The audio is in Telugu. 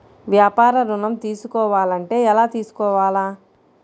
వ్యాపార ఋణం తీసుకోవాలంటే ఎలా తీసుకోవాలా?